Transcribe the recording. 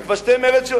כי כבשתם ארץ,